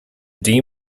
dee